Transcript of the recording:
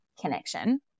connection